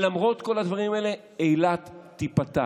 למרות כל הדברים האלה אילת תיפתח,